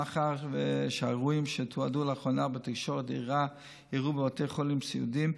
מאחר שהאירועים שתועדו לאחרונה בתקשורת אירעו בבתי חולים סיעודיים,